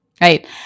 right